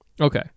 Okay